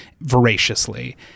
voraciously